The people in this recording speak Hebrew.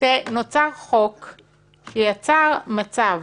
נוצר חוק שיצר מצב